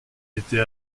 était